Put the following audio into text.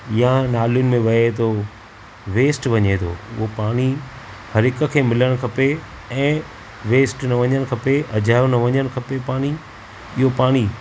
या नालियुनि में वहे थो वेस्ट वञे थो उहो पाणी हर हिक खे मिलण खपे ऐं वेस्ट न वञणु खपे अजायो न वञणु खपे पाणी इहो पाणी